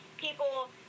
People